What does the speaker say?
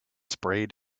sprayed